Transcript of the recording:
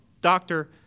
Doctor